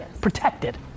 protected